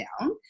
down